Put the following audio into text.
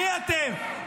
מי אתם?